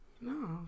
No